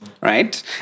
right